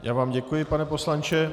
Já vám děkuji, pane poslanče.